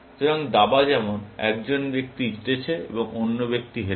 সুতরাং দাবা যেমন একজন ব্যক্তি জিতেছে এবং অন্য ব্যক্তি হেরেছে